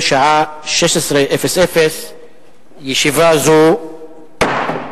בשעה 16:00. ישיבה זו נעולה.